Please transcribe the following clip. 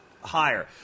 higher